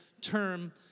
term